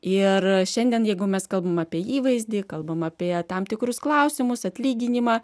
ir šiandien jeigu mes kalbam apie įvaizdį kalbam apie tam tikrus klausimus atlyginimą